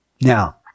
Now